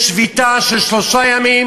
יש שביתה של שלושה ימים